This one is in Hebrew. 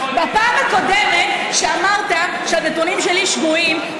בפעם הקודמת שאמרת שהנתונים שלי שגויים,